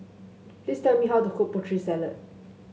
please tell me how to cook Putri Salad